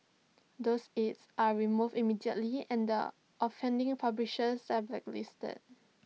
those ads are removed immediately and the offending publishers are blacklisted